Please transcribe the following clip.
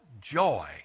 joy